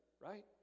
right